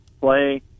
play